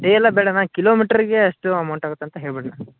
day ಎಲ್ಲ ಬೇಡಣ್ಣ ಕಿಲೋಮೀಟ್ರ್ಗೆ ಎಷ್ಟು ಅಮೌಂಟ್ ಆಗುತ್ತೆ ಅಂತ ಹೇಳಿಬಿಡಣ್ಣ